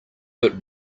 but